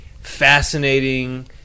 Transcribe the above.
fascinating